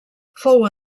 fou